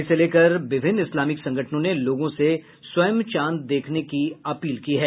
इसे लेकर विभिन्न इस्लामिक संगठनों ने लोगों से स्वयं चांद देखने की अपील की है